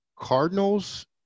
Cardinals